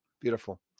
beautiful